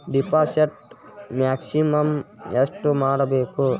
Deposit maximum ಎಷ್ಟು ಮಾಡಬೇಕು?